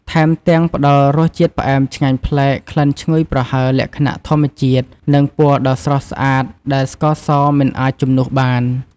ថែមទាំង ផ្ដល់រសជាតិផ្អែមឆ្ងាញ់ប្លែក ក្លិនឈ្ងុយប្រហើរលក្ខណៈធម្មជាតិ និងពណ៌ដ៏ស្រស់ស្អាតដែលស្ករសមិនអាចជំនួសបាន។